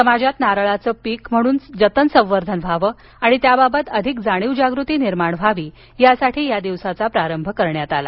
समाजात नारळाचं पीक म्हणून जतन संवर्धन व्हावं आणि त्याबाबत अधिक जाणीव जागृती निर्माण व्हावी यासाठी या दिवसाचा प्रारंभ करण्यात आला